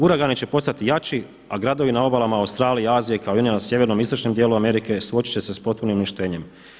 Uragani će postati jači a gradovi na obalama Australije, Azije kao i oni na sjevernom, istočnom dijelu Amerike suočiti će se s potpunim uništenjem.